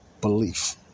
belief